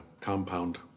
compound